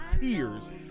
tears